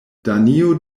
danio